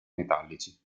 metallici